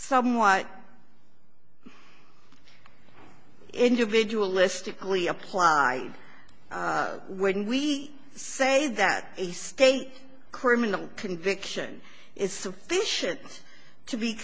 somewhat individualistically applied when we say that a state criminal conviction is sufficient to be